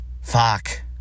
fuck